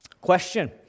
Question